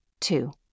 Two